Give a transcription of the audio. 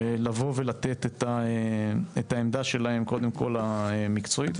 לבוא ולתת את העמדה שלהם קודם כל המקצועית,